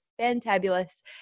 fantabulous